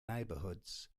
neighbourhoods